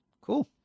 cool